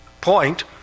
point